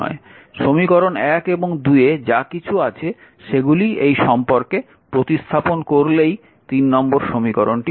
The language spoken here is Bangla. সমীকরণ এবং এ যা কিছু আছে সেগুলি এই সম্পর্কে প্রতিস্থাপন করলেই নম্বর সমীকরণটি পাওয়া যাবে